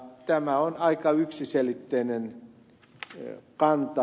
tämä on aika yksiselitteinen kanta